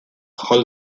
hull